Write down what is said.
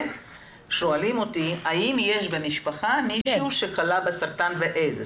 שואלים אותי האם יש במשפחה מישהו שחלה בסרטן ואיזה.